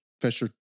Fisher